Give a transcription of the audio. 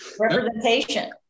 Representation